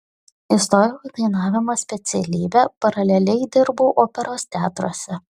įstojau į dainavimo specialybę paraleliai dirbau operos teatruose